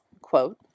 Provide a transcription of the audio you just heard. quote